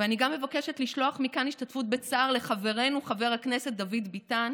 אני גם מבקשת לשלוח מכאן השתתפות בצער לחברנו חבר הכנסת דוד ביטן